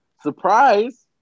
surprise